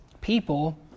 people